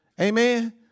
Amen